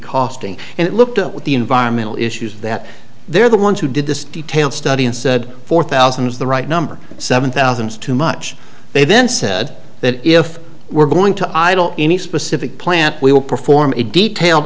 costing and it looked at with the environmental issues that they're the ones who did this detailed study and said four thousand is the right number seven thousand is too much they then said that if we're going to idle any specific plant we will perform a detailed